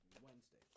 Wednesday